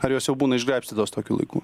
ar jos jau būna išgraibstytos tokiu laiku